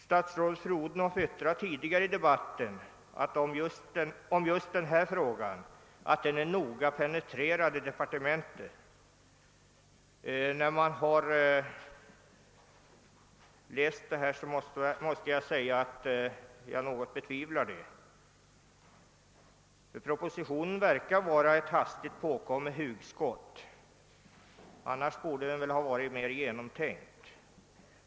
Statsrådet fru Odhnoff har i debatten om denna fråga sagt att den är noga penetrerad i departementet, men efter att ha läst propositionen måste jag säga att jag tvivlar litet på det. Propositionen verkar att vara ett hastigt påkommet hugskott, i annat fall borde den väl ha varit mer genomtänkt.